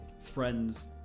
Friends